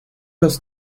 los